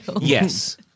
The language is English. Yes